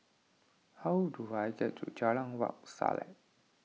how do I get to Jalan Wak Selat